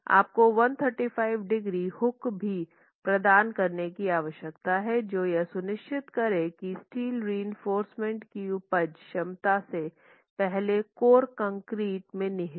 आपको 135 degree hook भी प्रदान करने की आवश्यकता है जो यह सुनिश्चित करे कि स्टील रिइंफोर्समेन्ट की उपज क्षमता से पहले कोर कंक्रीट में निहित है